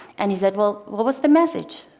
and he said, well, what was the message?